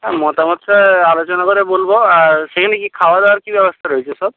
মতামতটা আলোচনা করে বলব আর সেখানে কী খাওয়া দাওয়ার কী ব্যবস্থা রয়েছে সব